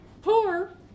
poor